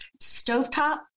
stovetop